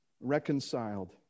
reconciled